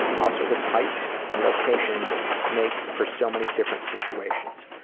also, the types and locations make for so many different situations.